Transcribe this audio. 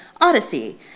Odyssey